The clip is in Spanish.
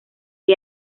que